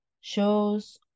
shows